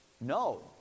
No